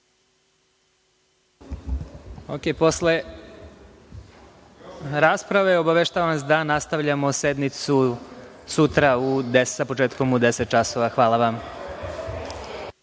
Posle rasprave, obavešta-vam da nastavljamo sednicu sutra, sa početkom u 10.00 časova. Hvala vam.